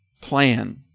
plan